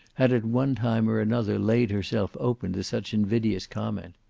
had at one time or another laid herself open to such invidious comment.